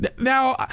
Now